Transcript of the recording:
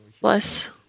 bless